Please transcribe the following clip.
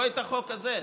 לא את החוק הזה.